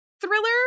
thriller